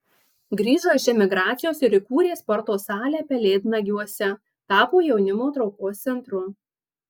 grįžo iš emigracijos ir įkūrė sporto salę pelėdnagiuose tapo jaunimo traukos centru